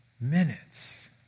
minutes